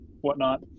whatnot